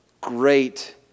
great